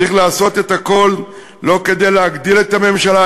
צריך לעשות הכול לא כדי להגדיל את הממשלה,